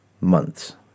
Months